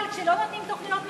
אבל כשלא נותנים תוכניות מיתאר,